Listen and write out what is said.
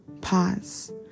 pause